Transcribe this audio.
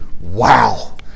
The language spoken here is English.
wow